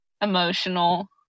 emotional